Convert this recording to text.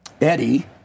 Eddie